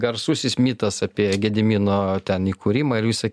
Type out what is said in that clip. garsusis mitas apie gedimino ten įkūrimą ir visa